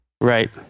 Right